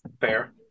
Fair